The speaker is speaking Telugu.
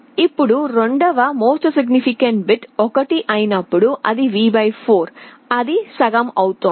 ఇప్పుడు రెండవ MSB 1 అయినప్పుడు అది V 4 అది సగం అవుతోంది